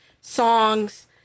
songs